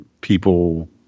people